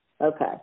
Okay